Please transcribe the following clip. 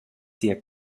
sia